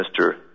Mr